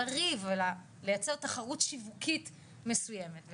לייצר תחרות שיווקית מסוימת עליהם,